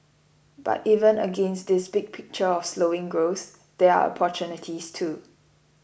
but even against this big picture of slowing growth there are opportunities too